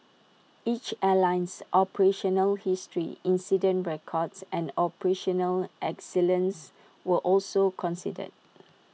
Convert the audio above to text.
each airline's operational history incident records and operational excellence were also considered